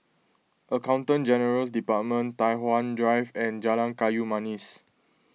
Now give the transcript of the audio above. Accountant General's Department Tai Hwan Drive and Jalan Kayu Manis